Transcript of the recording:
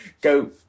go